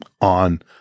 on